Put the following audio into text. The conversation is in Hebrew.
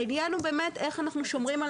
העניין הוא באמת איך אנחנו שומרים על